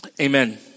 amen